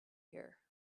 here